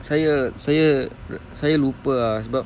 saya saya saya lupa ah sebab